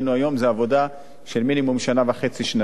זו עבודה של מינימום שנה וחצי או שנתיים.